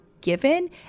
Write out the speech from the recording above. given